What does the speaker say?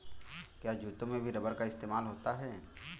क्या जूतों में भी रबर का इस्तेमाल होता है?